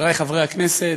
חברי חברי הכנסת,